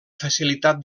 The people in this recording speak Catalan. facilitat